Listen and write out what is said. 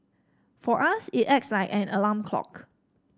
for us it acts like an alarm clock